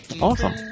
Awesome